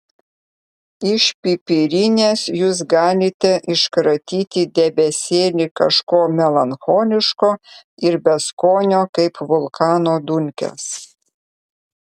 iš pipirinės jūs galite iškratyti debesėlį kažko melancholiško ir beskonio kaip vulkano dulkės